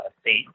state